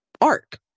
arc